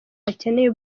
bakeneye